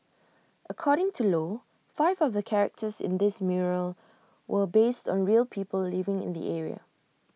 according to low five of the characters in this mural were based on real people living in the area